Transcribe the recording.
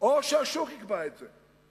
או שהשוק יקבע את זה.